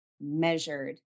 measured